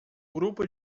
grupo